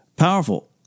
Powerful